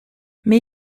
mais